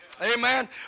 Amen